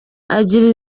agira